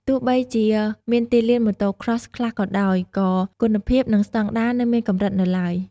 ទោះបីជាមានទីលាន Motocross ខ្លះក៏ដោយ ក៏គុណភាព និងស្តង់ដារនៅមានកម្រិតនៅឡើយ។